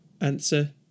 Answer